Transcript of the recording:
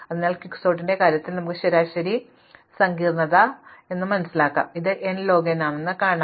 അതിനാൽ ക്വിക്സോർട്ടിന്റെ കാര്യത്തിൽ നമുക്ക് ശരാശരി കേസ് സങ്കീർണ്ണത എന്ന് കണക്കാക്കാം ഇത് ഈ n ലോഗ് n ആണെന്ന് കാണിക്കാം